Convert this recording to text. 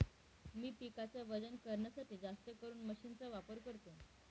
मी पिकाच वजन करण्यासाठी जास्तकरून मशीन चा वापर करतो